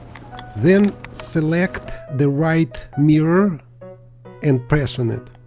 then select the right mirror and press on it